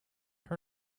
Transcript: her